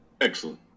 Excellent